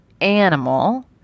animal